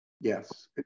Yes